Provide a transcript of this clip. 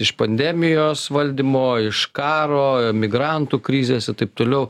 iš pandemijos valdymo iš karo migrantų krizės taip toliau